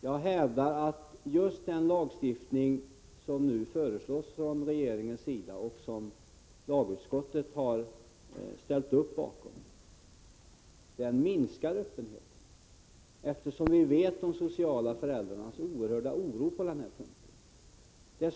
Jag hävdar att just den lagstiftning som nu föreslås av regeringen och som lagutskottet har ställt upp bakom minskar öppenheten. Vi känner ju till de sociala föräldrarnas oerhörda oro på den här punkten.